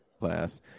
Class